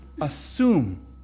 assume